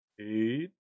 Eight